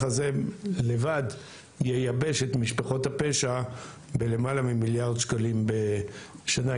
הזה לבד ייבש את משפחות הפשע בלמעלה ממיליארד שקלים בשנה,